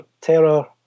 Terror